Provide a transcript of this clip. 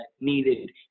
needed